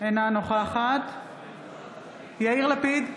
אינה נוכחת יאיר לפיד,